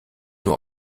nur